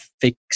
fix